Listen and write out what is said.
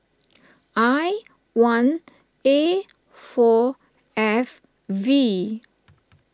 I one A four F V